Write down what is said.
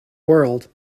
world